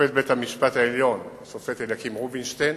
שופט בית-המשפט העליון, השופט אליקים רובינשטיין,